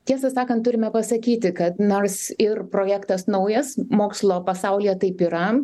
tiesą sakant turime pasakyti kad nors ir projektas naujas mokslo pasaulyje taip yra